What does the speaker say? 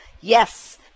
Yes